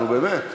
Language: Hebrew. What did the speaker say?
נו, באמת.